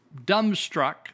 dumbstruck